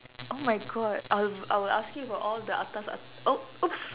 oh my god I'll I will ask you for all the atas at~ oh !oops!